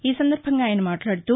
ఈసందర్భంగా ఆయన మాట్లాదుతూ